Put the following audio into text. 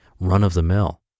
run-of-the-mill